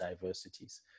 diversities